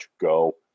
go